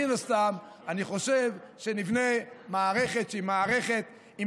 מן הסתם אני חושב שנבנה מערכת שהיא מערכת עם